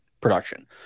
production